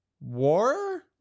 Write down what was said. War